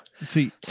See